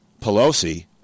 Pelosi